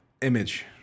Image